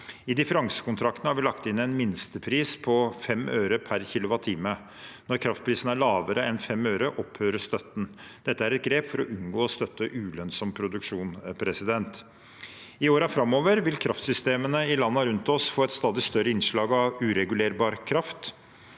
I differansekontraktene har vi lagt inn en minstepris på 5 øre per kWh. Når kraftprisen er lavere enn 5 øre, opphører støtten. Dette er et grep for å unngå å støtte ulønnsom produksjon. I årene framover vil kraftsystemene i landene rundt oss få et stadig større innslag av uregulerbar kraft.